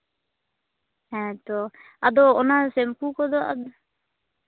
ᱦᱮᱸ ᱛᱚ ᱟᱫᱚ ᱚᱱᱟ ᱥᱮᱢᱯᱩ ᱠᱚᱫᱚ